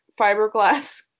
fiberglass